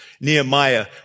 Nehemiah